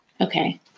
Okay